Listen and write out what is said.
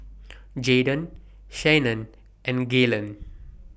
Jaydon Shannan and Galen